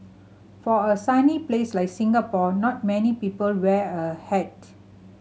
for a sunny place like Singapore not many people wear a hat